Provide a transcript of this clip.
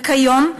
וכיום,